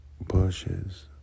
bushes